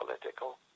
political